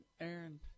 Aaron